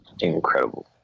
incredible